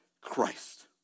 Christ